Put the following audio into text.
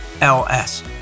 LS